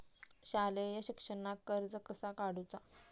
शालेय शिक्षणाक कर्ज कसा काढूचा?